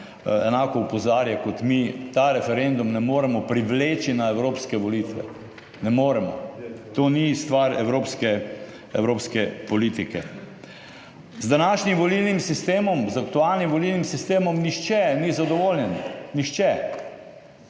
enako opozarja kot mi ta referendum ne moremo privleči na evropske volitve, ne moremo. To ni stvar evropske, evropske politike. Z današnjim volilnim sistemom, z aktualnim volilnim sistemom nihče ni zadovoljen. Nihče.